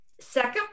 Second